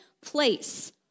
place